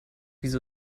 wieso